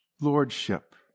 lordship